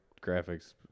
graphics